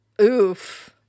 Oof